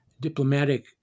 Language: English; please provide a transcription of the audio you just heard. diplomatic